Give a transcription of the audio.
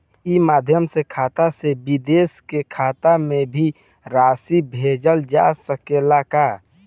ई माध्यम से खाता से विदेश के खाता में भी राशि भेजल जा सकेला का?